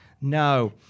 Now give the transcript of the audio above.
No